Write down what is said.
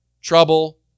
Trouble